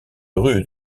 rue